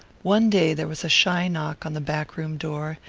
one day there was a shy knock on the back-room door,